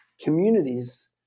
communities